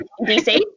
DC